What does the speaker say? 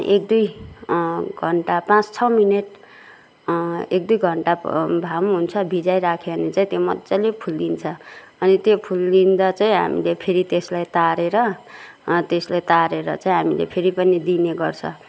एक दुई घन्टा पाँच छ मिनट एक दुई घन्टा भए पनि हुन्छ भिजाइ राख्यो भने चाहिँ त्यो मजाले फुल्लिन्छ अनि त्यो फुल्लिँदा चाहिँ हामीले फेरि त्यसलाई तारेर त्यसलाई तारेर चाहिँ हामीले फेरि पनि दिने गर्छ